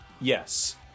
Yes